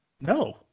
No